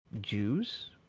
Jews